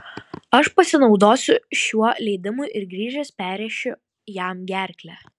aš pasinaudosiu šiuo leidimu ir grįžęs perrėšiu jam gerklę